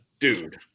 Dude